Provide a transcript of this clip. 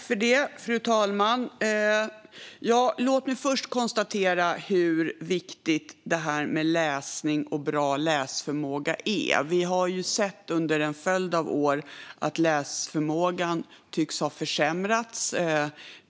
Fru talman! Låt mig först konstatera hur viktigt läsning och bra läsförmåga är. Vi har sett under en följd av år att läsförmågan tycks ha försämrats.